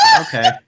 Okay